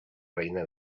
reina